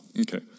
Okay